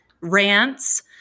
rants